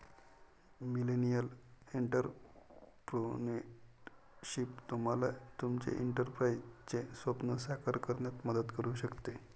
millennial entrepreneurship तुम्हाला तुमचे एंटरप्राइझचे स्वप्न साकार करण्यात मदत करू शकते